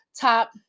top